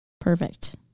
Perfect